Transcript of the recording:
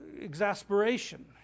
exasperation